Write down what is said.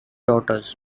daughters